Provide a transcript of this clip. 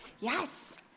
Yes